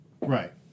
Right